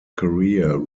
career